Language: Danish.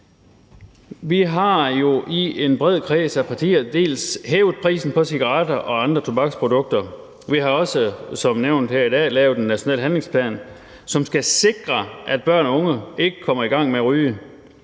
Vi har i en bred kreds af partier dels hævet prisen på cigaretter og andre tobaksprodukter, dels lavet – som nævnt her i dag – en national handlingsplan, som skal sikre, at børn og unge ikke kommer i gang med at ryge.